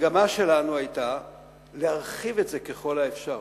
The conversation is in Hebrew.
המגמה שלנו היתה להרחיב את זה ככל האפשר,